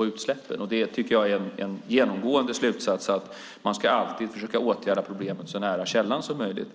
utsläppen. Det är en genomgående slutsats att man alltid ska försöka åtgärda problemet så nära källan som möjligt.